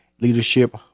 leadership